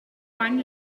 one